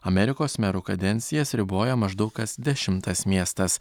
amerikos merų kadencijas riboja maždaug kas dešimtas miestas